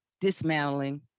dismantling